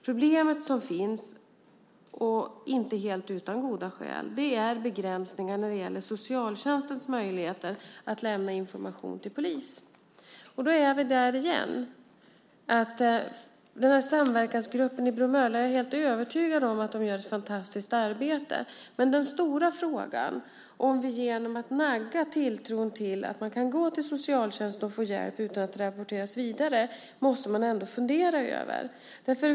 Problemet som finns, och inte helt utan goda skäl, är begränsningar när det gäller socialtjänstens möjligheter att lämna information till polis. Då är vi där igen. Jag är helt övertygad om att samverkansgruppen i Bromölla gör ett fantastiskt arbete. Men den stora frågan om vi ska nagga tilltron till att man kan gå till socialtjänsten och få hjälp utan att rapporteras vidare måste vi ändå fundera över.